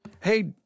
Hey